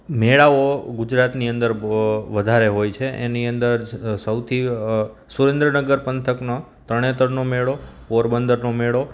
મેળાઓ ગુજરાતની અંદર બહુ વધારે હોય છે એની અંદર સૌથી સુરેન્દ્રનગર પંથકનો તરણેતરનો મેળો પોરબંદરનો મેળો